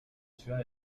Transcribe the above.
ciudad